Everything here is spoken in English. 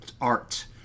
art